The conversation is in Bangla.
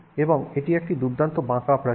এবং এটি একটি দুর্দান্ত বাঁকা প্রাচীর